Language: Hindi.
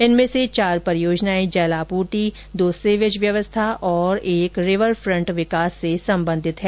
इनमें से चार परियोजनाएं जल आपूर्ति दो सीवेज व्यवस्था और एक रिवरफ्रंट विकास से संबंधित हैं